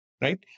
right